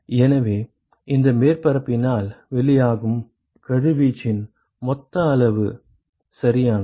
எனவே இந்த மேற்பரப்பினால் வெளியாகும் கதிர்வீச்சின் மொத்த அளவு சரியானது